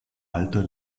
alter